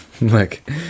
Look